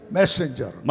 messenger